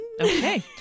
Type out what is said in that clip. okay